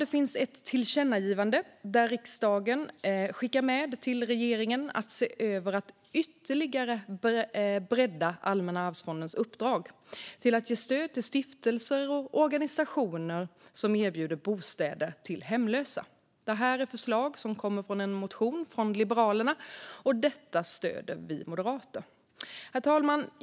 Det finns ett tillkännagivande där riksdagen skickar med till regeringen att se över att ytterligare bredda Allmänna arvsfondens uppdrag till att ge stöd till stiftelser och organisationer som erbjuder bostäder till hemlösa. Detta förslag kommer från en motion från Liberalerna, och det stöder vi moderater. Herr talman!